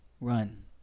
run